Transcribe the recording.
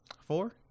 Four